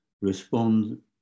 respond